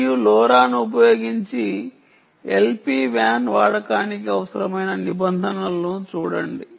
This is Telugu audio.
మరియు లోరాను ఉపయోగించి LPWAN వాడకానికి అవసరమైన నిబంధనలను చూడండి